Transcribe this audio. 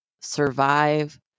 survive